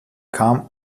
kam